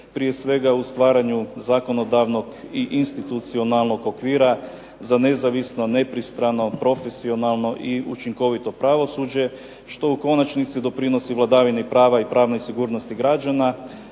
prije svega u stvaranju zakonodavnog i institucionalnog okvira za nezavisno, nepristrano, profesionalno i učinkovito pravosuđe što u konačnici doprinosi vladavini prava i pravnoj sigurnosti građana,